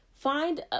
Find